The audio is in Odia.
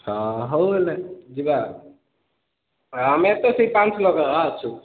ହଁ ହଉ ହେଲା ଯିବା ଆଉ ଆମେ ତ ସେଇ ପାଞ୍ଚ କିଲୋ ଆଗେ ଅଛୁ